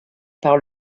par